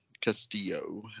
Castillo